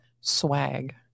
swag